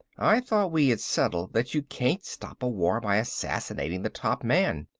i thought we had settled that you can't stop a war by assassinating the top man.